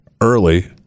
early